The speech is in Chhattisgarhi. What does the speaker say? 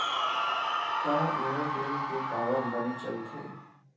का एयरटेल के टावर बने चलथे?